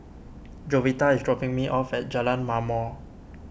Jovita is dropping me off at Jalan Ma'mor